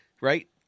Right